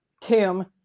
tomb